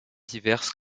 diverses